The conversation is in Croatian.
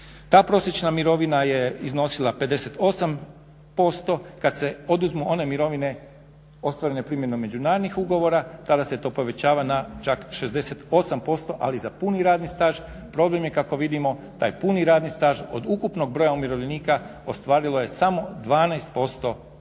Ta prosječna mirovina je iznosila 58% kada se oduzmu one mirovine ostvarene primjenom međunarodnih ugovora, tada se to povećava na čak 68% ali za puni radni staž. Problem je kako vidimo taj puni radni staž od ukupnog broja umirovljenika ostvarilo je samo 12%